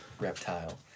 reptile